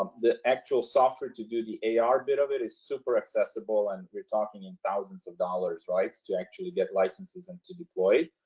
the actual software to do the ar bit of it is super accessible. and we're talking in thousands of dollars, right to actually get licensees and to deploy.